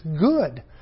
good